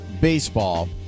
baseball